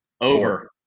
over